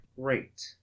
great